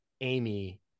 Amy